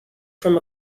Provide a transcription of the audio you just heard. from